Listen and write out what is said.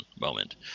moment